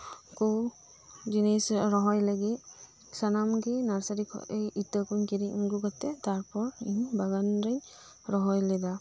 ᱠᱚ ᱡᱤᱱᱤᱥ ᱨᱚᱦᱚᱭ ᱞᱟᱹᱜᱤᱫ ᱥᱟᱱᱟᱢ ᱜᱮ ᱱᱟᱨᱥᱟᱨᱤ ᱠᱷᱚᱱ ᱤᱛᱟᱹ ᱠᱚ ᱠᱤᱨᱤᱧ ᱟᱹᱜᱩ ᱠᱟᱛᱮ ᱛᱟᱨᱯᱚᱨ ᱤᱧ ᱵᱟᱜᱟᱱ ᱨᱤᱧ ᱨᱚᱦᱚᱭ ᱞᱮᱫᱟ